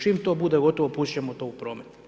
Čim to bude gotovo pustiti ćemo to u promet.